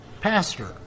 pastor